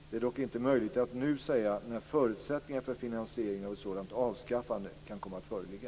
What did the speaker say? Det är dock inte möjligt att nu säga när förutsättningar för finansiering av ett sådant avskaffande kan komma att föreligga.